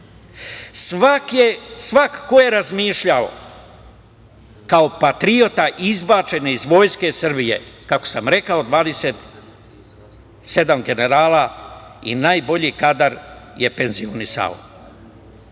Svako ko je razmišljao kao patriota izbačen je iz Vojske Srbije, kako sam rekao – 27 generala, najbolji kadar je penzionisan. Pitam